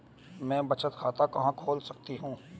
मैं बचत खाता कहां खोल सकती हूँ?